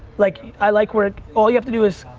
like, i like where, all you have to do is,